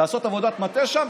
לעשות עבודת מטה שם.